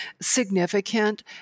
significant